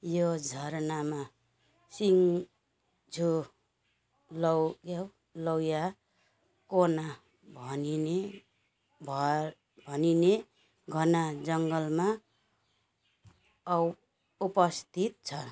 यो झरनामा सिङ्झो लौ के हो लौयाकोना भनिने भ भनिने घना जङ्गलमा अव उपस्थित छ